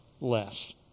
less